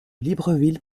libreville